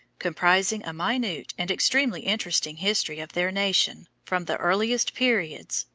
comprising a minute and extremely interesting history of their nation from the earliest periods,